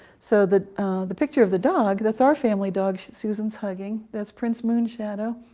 so that the picture of the dog that's our family dog susan's hugging that's prince moonshadow.